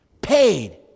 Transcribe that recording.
Paid